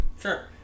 Sure